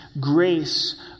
grace